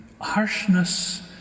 harshness